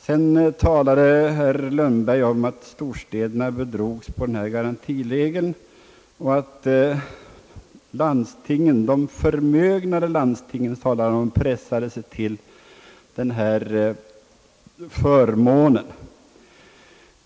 Sedan talade herr Lundberg om att storstäderna bedrogs på denna garantiregel och att landstingen — de förmögnare landstingen, talade han om — pressade sig till denna förmån.